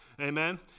Amen